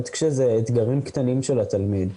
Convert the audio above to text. עוד כשזה אתגרים קטנים של התלמיד,